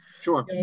sure